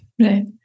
Right